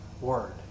word